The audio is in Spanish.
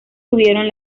tuvieron